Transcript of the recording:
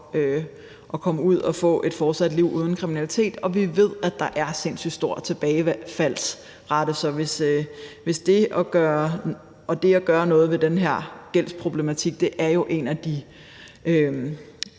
at komme ud og få et fortsat liv uden kriminalitet. Vi ved, at der er en sindssygt stor tilbagefaldsrate, og det at gøre noget ved den her gældsproblematik er jo en af de